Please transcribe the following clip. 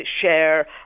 share